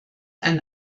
ein